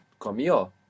comió